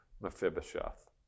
Mephibosheth